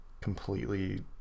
completely